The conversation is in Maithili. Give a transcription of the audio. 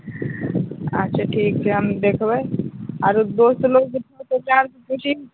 अच्छा ठीक छै हम देखबै आरो दोस्त लोग होतौ ओकरा आर से पुछही